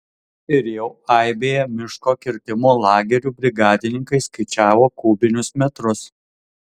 ir jau aibėje miško kirtimo lagerių brigadininkai skaičiavo kubinius metrus